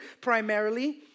primarily